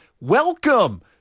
Welcome